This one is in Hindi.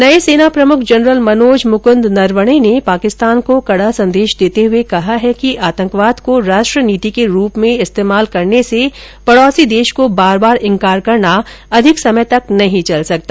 नये सेना प्रमुख जनरल मनोज मुक़न्द नरवणे ने पाकिस्तान को कड़ा संदेश देते हुए कहा है कि आतंकवाद को राष्ट्र नीति के रूप में इस्तेमाल करने से पडोसी देश को बार बार इंकार करना अधिक समय तक नहीं चल सकता